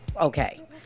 okay